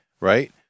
right